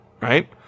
Right